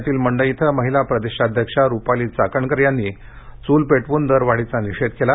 पुण्यातील मंडई इथं महिला प्रदेशाध्यक्षा रुपाली चाकणकर यांनी चूल पेटवून दर वाढीचा निषेध केला